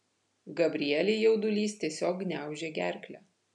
gabrielei jaudulys tiesiog gniaužė gerklę